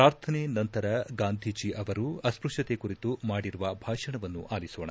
ಪ್ರಾರ್ಥನೆ ನಂತರ ಗಾಂಧೀಜಿ ಅವರು ಅಸ್ವಶ್ವತೆ ಕುರಿತು ಮಾಡಿರುವ ಭಾಷಣವನ್ನು ಆಲಿಸೋಣ